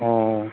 অঁ